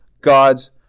God's